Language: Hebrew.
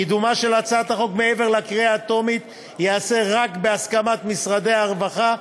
קידומה של הצעת החוק מעבר לקריאה הטרומית ייעשה רק בהסכמת משרדי הרווחה,